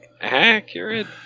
accurate